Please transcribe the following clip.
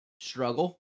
struggle